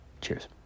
Cheers